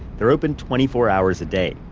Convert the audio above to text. they're open twenty four hours a day,